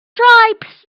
tribes